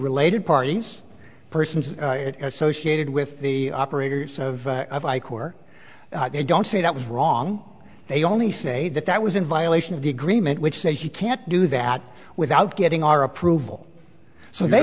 related parties persons associated with the operators of or they don't say that was wrong they only say that that was in violation of the agreement which says you can't do that without getting our approval so they